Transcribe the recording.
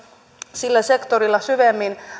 sillä sektorilla syvemmin